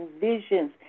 visions